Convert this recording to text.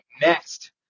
next